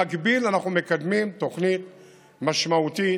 במקביל, אנחנו מקדמים תוכנית משמעותית,